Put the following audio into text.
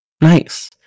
Nice